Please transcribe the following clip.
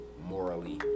morally